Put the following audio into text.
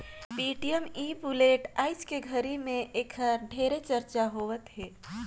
Paytm e wallet आयज के घरी मे ऐखर ढेरे चरचा होवथे